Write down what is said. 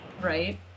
Right